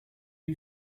you